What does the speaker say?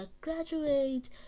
graduate